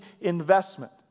investment